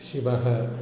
शिवः